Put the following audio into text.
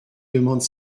demande